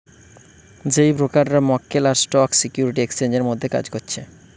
যেই ব্রোকাররা মক্কেল আর স্টক সিকিউরিটি এক্সচেঞ্জের মধ্যে কাজ করছে